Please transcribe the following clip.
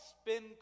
spin